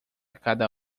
cada